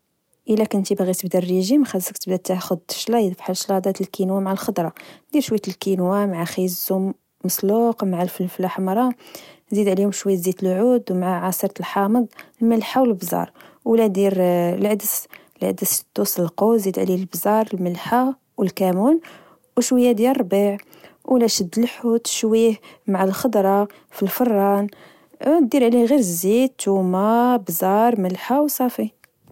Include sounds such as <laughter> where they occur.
إلا كنتي باغي تبى الريجيم خاصك تبدى تاخد الشلايض، فحال شلاضة الكينوا مع الخضرة، دير شوية الكينوا مع خيزو <hesitation> مصلوق مع الفلفلة حمرة، زيد عليهم شوية زيت العود مع عصير الحامض، الملحة و البزار. ولا دير العدس، العدس شدو صلقو وزيد عليه البزار، ملحة أو الكمون أو شوية ديال الربيع. ألا شد الحوت شويه مع الخضرة في الفران <hesitation> دير عليه غير الزيت، تومة، بزار، ملحة أو سافي